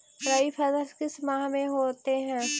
रवि फसल किस माह में होते हैं?